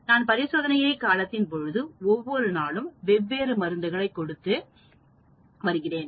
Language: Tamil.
நான் பரிசோதனை காலத்தின்போது ஒவ்வொரு நாளும் வெவ்வேறு மருந்துகளை கொடுத்து வருகிறேன்